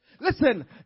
Listen